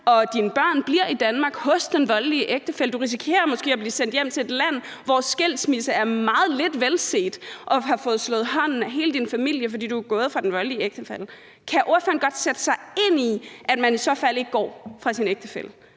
dine børn bliver i Danmark hos den voldelige ægtefælle, og du risikerer måske at blive sendt hjem til et land, hvor skilsmisse er meget lidt velset, og din familie kan slå hånden af dig, fordi du er gået fra den voldelige ægtefælle? Kan ordføreren godt sætte sig ind i, at man i så fald ikke går fra sin ægtefælle,